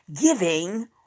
giving